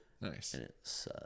nice